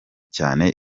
cyane